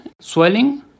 swelling